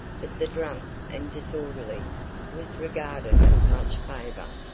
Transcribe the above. but the drunk and disorderly was regarded with much favor.